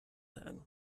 then